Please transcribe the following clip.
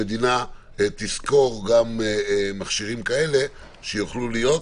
המדינה תשכור גם מכשירים כאלה שיוכלו להיות,